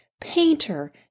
painter